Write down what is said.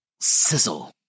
Sizzle